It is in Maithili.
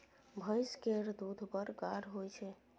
भैंस केर दूध बड़ गाढ़ होइ छै